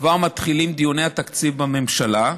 כבר מתחילים דיוני התקציב בממשלה,